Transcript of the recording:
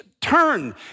turn